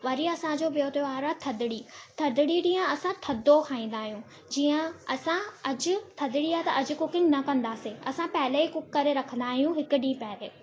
वरी असांजो ॿियों त्योहारु थधिड़ी थधिड़ी ॾींहुं असां थधो खाईंदा आहियूं जीअं असां अॼु थधिड़ी आहे त अॼु कूकिंग न कंदासि असां पहले ई कूकि करे रखंदा आहियूं हिकु ॾींहुं पहिरीं